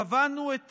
קבענו את